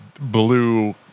blue